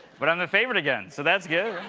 but i'm the favorite again, so that's good.